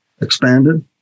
expanded